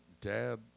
Dad